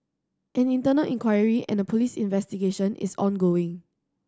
an internal inquiry and a police investigation is ongoing